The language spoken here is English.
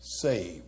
saved